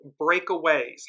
breakaways